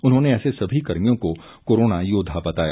उन्होंने ऐसे सभी कर्मियों को कोरोना योद्धा बताया